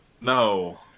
No